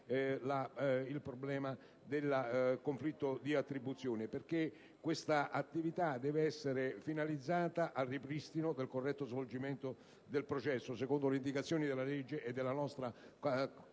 il problema del conflitto di attribuzione. Questa attività deve essere infatti finalizzata al ripristino del corretto svolgimento del processo, secondo le indicazioni della legge e della nostra Carta